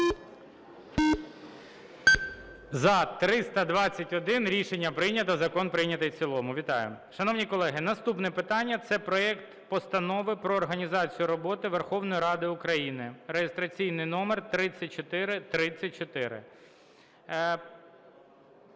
За-321 Рішення прийнято. Закон прийнятий в цілому. Вітаю! Шановні колеги, наступне питання. Це проект Постанови про організацію роботи Верховної Ради України (реєстраційний номер 3434).